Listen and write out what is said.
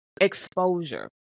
exposure